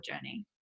journey